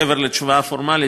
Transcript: מעבר לתשובה הפורמלית,